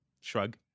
shrug